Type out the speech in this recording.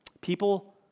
People